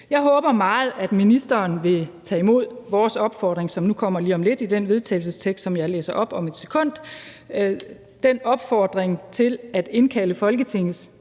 Jeg håber meget, at ministeren vil tage imod vores opfordring, som nu kommer lige om lidt i den vedtagelsestekst, som jeg læser op om et sekund, nemlig en opfordring til at indkalde Folketingets